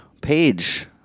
page